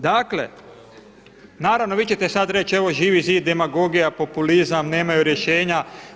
Dakle, naravno vi ćete sad reći evo Živi zid, demagogija, populizam, nemaju rješenja.